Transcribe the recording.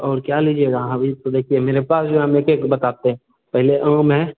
और क्या लीजिएगा अभी तो देखिए मेरे पास जो हम एक एक बताते हैं पहले आम है